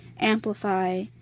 amplify